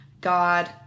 God